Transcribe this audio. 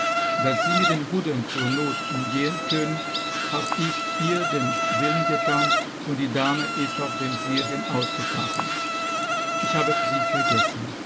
daß sie hat mit den rudern zur not umgehen können hab ich ihr den willen getan und die dame ist auf den see hinausgefahren ich habe auf sie vergessen